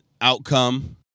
outcome